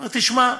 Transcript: הוא אומר: תשמע,